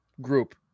group